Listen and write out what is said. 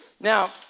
Now